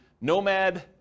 Nomad